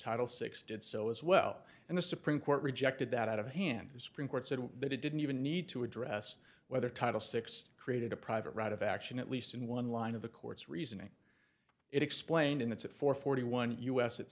title six did so as well and the supreme court rejected that out of hand the supreme court said that it didn't even need to address whether title six created a private right of action at least in one line of the court's reasoning it explained in that's it for forty one us at